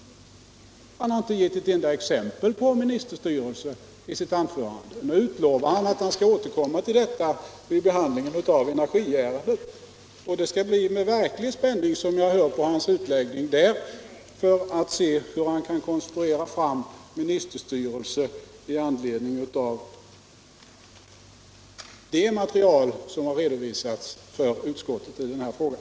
Han har inte gett ett enda exempel på ministerstyre i sitt anförande men utlovar att han skall återkomma till detta vid behandlingen av energiärendet. Det blir med verklig spänning som jag skall lyssna på hans utläggning för att höra hur han kan konstruera fram ministerstyre på grundval av det material som redovisats för utskottet i den frågan.